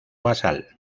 basal